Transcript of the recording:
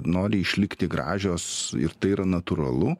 nori išlikti gražios ir tai yra natūralu